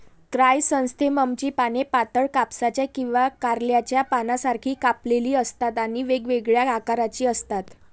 क्रायसॅन्थेममची पाने पातळ, कापसाच्या किंवा कारल्याच्या पानांसारखी कापलेली असतात आणि वेगवेगळ्या आकाराची असतात